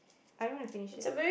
I don't want to finish it